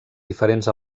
diferents